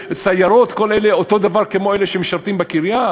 סיירות וכל אלה הם אותו דבר כמו אלה שמשרתים בקריה?